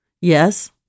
Yes